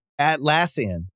Atlassian